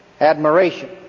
admiration